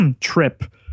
Trip